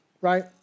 Right